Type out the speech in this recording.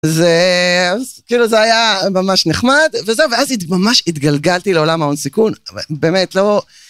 זה כאילו זה היה ממש נחמד וזהו ואז ממש התגלגלתי לעולם ההון סיכון באמת לא